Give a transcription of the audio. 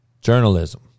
journalism